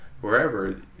wherever